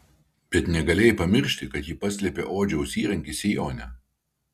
bet negalėjai pamiršti kad ji paslėpė odžiaus įrankį sijone